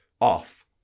off